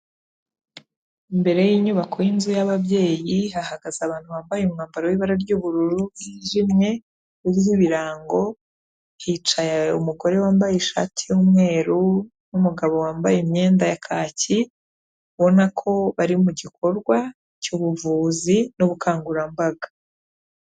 Imbere y'inyubako yinzu y'ababyeyi hahagaze abantu bambaye umwambaro w'ibara ry'ubururu bwijimye, iriho ibirango hicaye umugore wambaye ishati y'umweru n'umugabo wambaye imyenda ya kaki, ubona ko bari mu gikorwa cy'ubuvuzi n'ubukangurambaga.